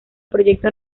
proyecto